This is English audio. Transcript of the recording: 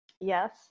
Yes